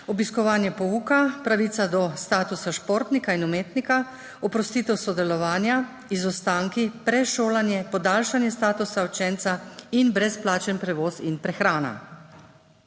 obiskovanje pouka, pravico do statusa športnika in umetnika, oprostitev sodelovanja, izostanki, prešolanje, podaljšanje statusa učenca in brezplačen prevoz in prehrana.